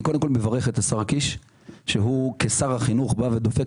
אני מברך את השר קיש שכשר החינוך הוא דופק